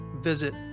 Visit